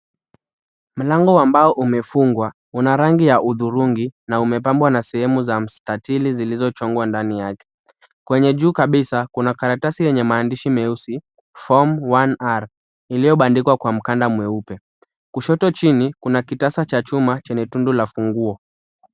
Mlango ambao umefungwa una rangi ya hudhurungi na umepambwa na sehemu za mstatili zilizochongwa ndani yake. Kwenye juu kabisa kuna karatasi yenye maandishi meusi form 1R iliyobandikwa kwa mkanda mweupe. Kushoto chini kuna kitasa cha chuma chenye tundu la funguo.